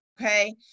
okay